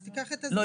אז תיקח את הזמן,